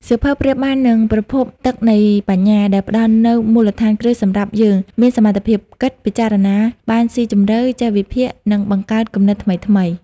សៀវភៅប្រៀបបាននឹងប្រភពទឹកនៃបញ្ញា ដែលផ្ដល់នូវមូលដ្ឋានគ្រឹះសម្រាប់យើង មានសមត្ថភាពគិត ពិចារណាបានស៊ីជម្រៅ ចេះវិភាគ និងបង្កើតគំនិតថ្មីៗ។